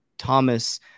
Thomas